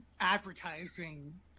advertising